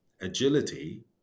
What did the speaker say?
agility